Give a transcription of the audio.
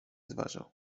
zważał